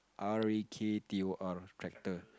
R A K T O R tractor